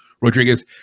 Rodriguez